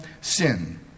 sin